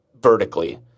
vertically